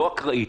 לא אקראית.